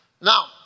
Now